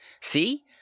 See